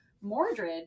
Mordred